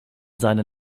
seinen